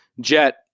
jet